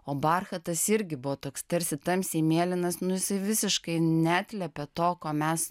o barchatas irgi buvo toks tarsi tamsiai mėlynas nu jisai visiškai neatliepė to ko mes